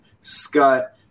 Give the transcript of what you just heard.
Scott